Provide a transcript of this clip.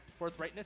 Forthrightness